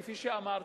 כפי שאמרתי,